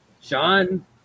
Sean